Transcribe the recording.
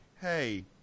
hey